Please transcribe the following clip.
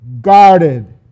guarded